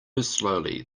slowly